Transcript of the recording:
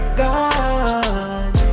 gone